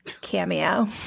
cameo